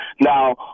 Now